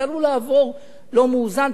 זה עלול לעבור לא מאוזן,